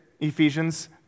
Ephesians